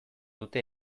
dute